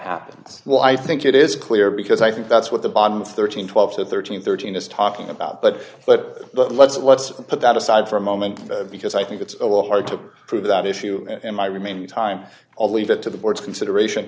happens well i think it is clear because i think that's what the bottom thirteen twelve to thirteen thirteen is talking about but but let's let's put that aside for a moment because i think it's a little hard to prove that issue in my remaining time all leave it to the board's consideration